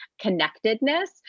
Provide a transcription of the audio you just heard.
connectedness